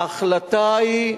ההחלטה היא,